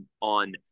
on